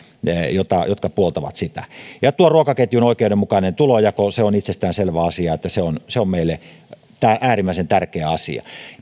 jotka puoltavat sitä ruokaketjun oikeudenmukainen tulonjako on itsestäänselvä asia että se on se on meille äärimmäisen tärkeä asia